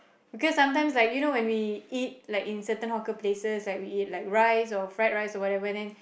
because sometime like you know when we eat like in center hawker places then we eat like rice or fried rice or whatever in